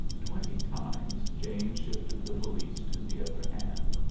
twenty times james shifted the valise to the other hand,